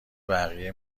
بقیه